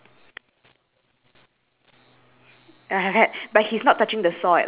should be something with the saw right is your s~ is your does your saw have anything else there on that table